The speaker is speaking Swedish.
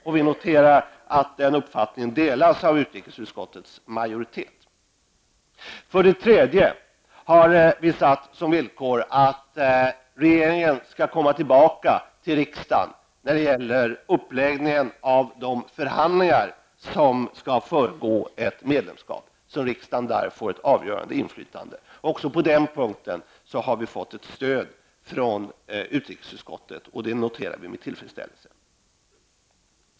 Vi kan notera att den uppfattningen delas av utrikesutskottets majoritet. För det tredje har vi satt som villkor att regeringen skall återkomma till riksdagen när det gäller uppläggningen av de förhandlingar som skall föregå ett medlemskap så att riksdagen där får ett avgörande inflytande. Även på den punkten har vi fått stöd från utrikesutskottet, vilket vi noterar med tillfredsställelse.